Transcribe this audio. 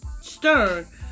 Stern